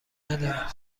ندارم